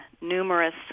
numerous